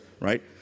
right